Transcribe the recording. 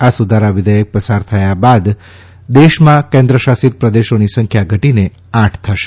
આ સુધારા વિધયેક પસાર થયા પછી દેશમાં કેન્દ્રશાસિત પ્રદેશોની સંખ્યા ઘટીને આઠ થશે